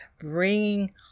bringing